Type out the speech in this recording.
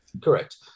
Correct